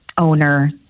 owner